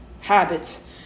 habits